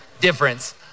difference